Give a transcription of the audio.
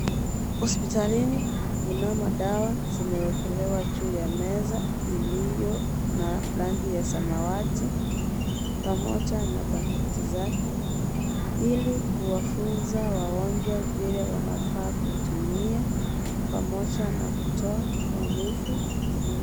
Hospitalini mnamo dawa zimeekelewa juu ya meza iliyo na rangi ya samawati pamoja na pakiti zake ili kuwafunza wagonjwa vile wanafaa kutumia pamoja na kutoa maumivu mwilini.